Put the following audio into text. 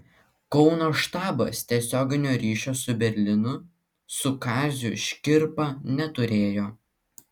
kauno štabas tiesioginio ryšio su berlynu su kaziu škirpa neturėjo